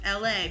LA